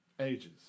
Ages